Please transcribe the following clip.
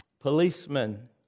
Policemen